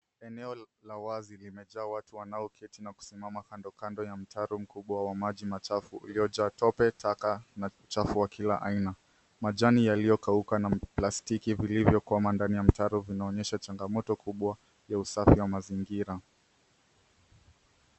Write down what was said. Eneo la wazi limejaa watu wanaoketi na kusimama kandokando ya mtaro mkubwa wa maji machafu uliojaa tope, taka na uchafu wa kila aina .Majani yaliyokauka na viplastiki vilivyokwama ndani ya mtaro vinaonyesha changamoto kubwa ya usafi wa mazingira.